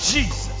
Jesus